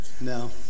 No